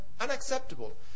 unacceptable